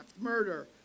murder